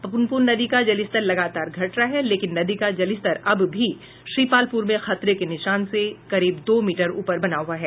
पुनपुन नदी का जलस्तर लगातार घट रहा है लेकिन नदी का जलस्तर अब भी श्रीपालपुर में खतरे के निशान से करीब दो मीटर ऊपर बना हुआ है